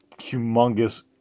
humongous